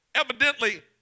Evidently